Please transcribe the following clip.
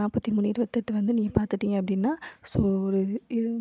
நாற்பத்தி மூணு இருபத்தெட்டு வந்து நீங்கள் பார்த்துட்டீங்க அப்படின்னா ஸோ ஒரு இரவு